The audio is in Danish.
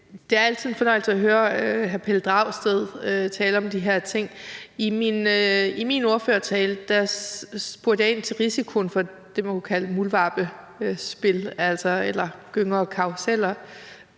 Det er altid en fornøjelse at høre hr. Pelle Dragsted tale om de her ting. I min ordførertale spurgte jeg ind til risikoen for det, man kunne kalde muldvarpespil eller gynger og karruseller,